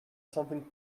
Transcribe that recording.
something